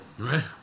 right